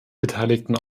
beteiligten